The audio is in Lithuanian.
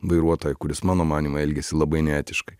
vairuotoją kuris mano manymu elgėsi labai neetiškai